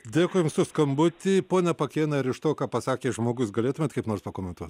dėkui jums skambutį pone pakėnai ar iš to ką pasakė žmogus galėtumėt kaip nors pakomentuot